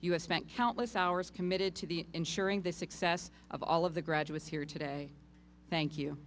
spent countless hours committed to the ensuring the success of all of the graduates here today thank you